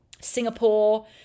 Singapore